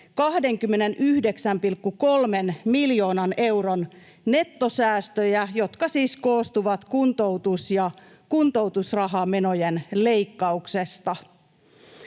29,3 miljoonan euron nettosäästöjä, jotka siis koostuvat kuntoutus- ja kuntoutusrahamenojen leikkauksesta.